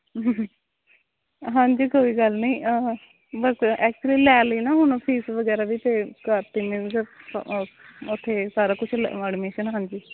ਹਾਂਜੀ ਕੋਈ ਗੱਲ ਨੀ ਬਸ ਐਕਚੁਲੀ ਲੈ ਲਈ ਨਾ ਹੁਣ ਫੀਸ ਵਗੈਰਾ ਵੀ ਅਤੇ ਕਰਤੀ ਮੀਨਜ਼ ਉੱਥੇ ਸਾਰਾ ਕੁਛ ਲੈ ਐਡਮਿਸ਼ਨ ਹਾਂਜੀ